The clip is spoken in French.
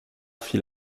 fit